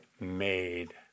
made